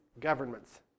governments